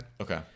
Okay